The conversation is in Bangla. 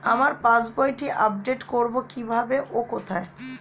আমার পাস বইটি আপ্ডেট কোরবো কীভাবে ও কোথায়?